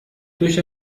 durch